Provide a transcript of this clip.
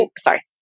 sorry